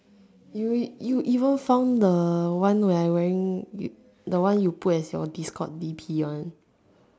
you you even found the one where I wearing you the one you put as your discord D_P one